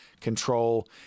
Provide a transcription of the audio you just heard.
control